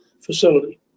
facility